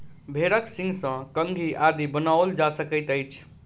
भेंड़क सींगसँ कंघी आदि बनाओल जा सकैत अछि